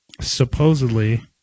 supposedly